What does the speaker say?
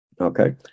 Okay